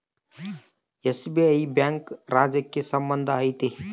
SBI bank ರಾಜ್ಯಕ್ಕೆ ಸಂಬಂಧ ಐತಿ